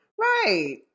Right